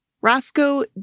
Roscoe